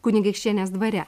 kunigaikštienės dvare